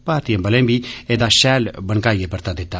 भारतीय बलें बी एहदा शैल बनकाइयै परता दिता